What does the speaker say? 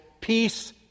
peace